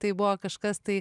tai buvo kažkas tai